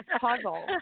puzzle